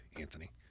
Anthony